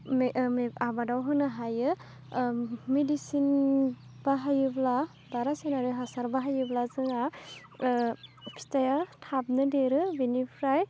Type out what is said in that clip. आबादाव होनो हायो मेदिसिन बाहायोब्ला बा रासायनारि हासार बाहायोब्ला जोंहा फिथाइआ थाबनो देरो बिनिफ्राय